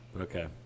Okay